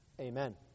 amen